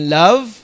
love